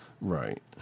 Right